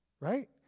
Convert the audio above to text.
Right